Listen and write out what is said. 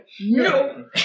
No